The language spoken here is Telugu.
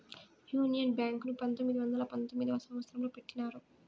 యూనియన్ బ్యాంక్ ను పంతొమ్మిది వందల పంతొమ్మిదవ సంవచ్చరంలో పెట్టినారు